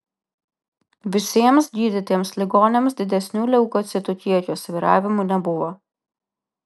visiems gydytiems ligoniams didesnių leukocitų kiekio svyravimų nebuvo